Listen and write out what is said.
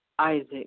Isaac